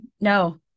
No